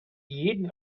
jeden